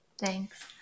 Thanks